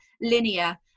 Linear